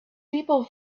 people